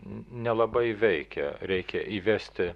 nelabai veikia reikia įvesti